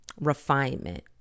refinement